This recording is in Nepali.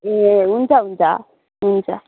ए हुन्छ हुन्छ हुन्छ